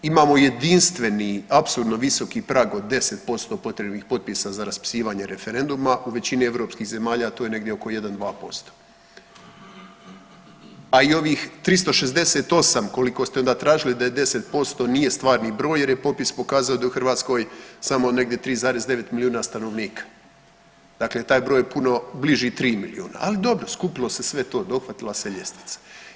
Imamo jedinstveni apsurdno visoki prag od 10% potrebnih potpisa za raspisivanje referenduma, u većini europskih zemalja to je negdje oko 1-2%, a i ovih 368 koliko ste onda tražili da je 10% nije stvarni broj jer je popis pokazao da je u Hrvatskoj samo negdje 3,9 milijuna stanovnika, dakle taj je broj puno bliži 3 milijuna, ali dobro skupilo se sve to dohvatila se ljestvica.